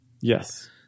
Yes